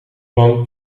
lang